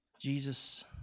Jesus